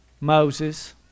Moses